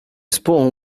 spoon